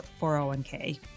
401k